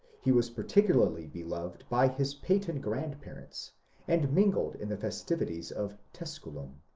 he was particularly beloved by his peyton grandparents and mingled in the festivities of tusculum.